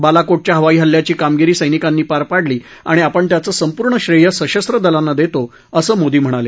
बालाकोटच्या हवाई हल्ल्याची कामगिरी सर्टिकांनी पार पाडली आणि आपण त्याचं संपूर्ण श्रेय सशस्र दलांना देतो असं मोदी म्हणाले